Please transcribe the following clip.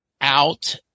out